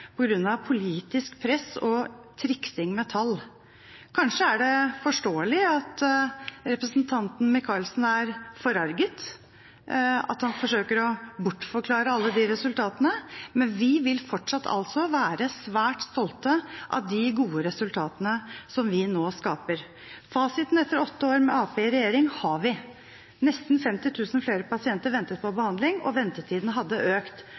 av politisk press og triksing med tall. Kanskje er det forståelig at representanten Micaelsen er forarget, at han forsøker å bortforklare alle de resultatene? Men vi vil fortsatt være svært stolte av de gode resultatene som vi nå skaper. Fasiten etter åtte år med Arbeiderpartiet i regjering har vi. Nesten 50 000 flere pasienter ventet på behandling, og ventetidene hadde økt.